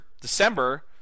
December